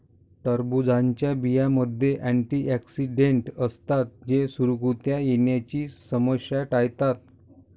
टरबूजच्या बियांमध्ये अँटिऑक्सिडेंट असतात जे सुरकुत्या येण्याची समस्या टाळतात